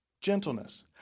Gentleness